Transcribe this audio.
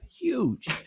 huge